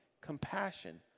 compassion